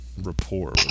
rapport